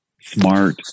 smart